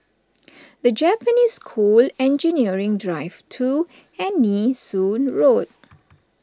the Japanese School Engineering Drive two and Nee Soon Road